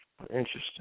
interesting